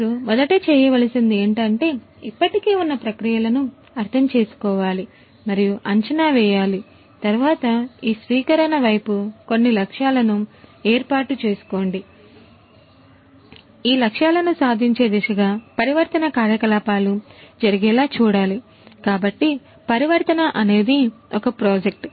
మీరు మొదటి చేయవలసింది ఏమిటంటే ఇప్పటికే ఉన్న ప్రక్రియలను అర్థం చేసుకోవాలి మరియు అంచనా వేయాలి తరువాత ఈ స్వీకరణ వైపు కొన్ని లక్ష్యాలను ఏర్పాటు చేసుకోండి ఈ లక్ష్యాలను సాధించే దిశగా పరివర్తన అనేది ఒక ప్రాజెక్ట్